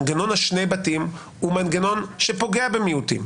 מנגנון שני הבתים הוא מנגנון שפוגע במיעוטים,